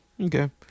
Okay